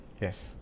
Yes